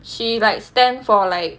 she like stand for like